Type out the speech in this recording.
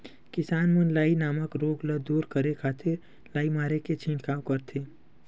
किसान मन लाई नामक रोग ल दूर करे खातिर लाई मारे के छिड़काव करथे